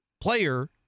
player